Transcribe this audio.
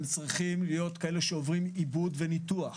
הם צריכים להיות כאלה שעוברים עיבוד וניתוח.